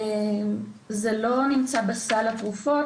זה לא נמצא בסל התרופות,